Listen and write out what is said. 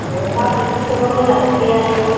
अमा बिगुरखौबो मोजाङै सैया नोङो